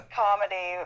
comedy